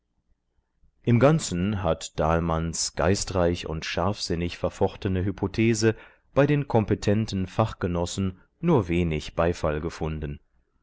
im ganzen hat dahlmanns geistreich und scharfsinnig verfochtene hypothese bei den kompetenten fachgenossen nur wenig beifall gefunden